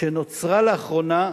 שנוצרה לאחרונה,